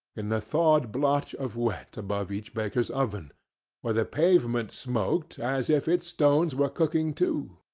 in the thawed blotch of wet above each baker's oven where the pavement smoked as if its stones were cooking too.